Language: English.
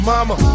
Mama